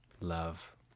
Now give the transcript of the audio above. Love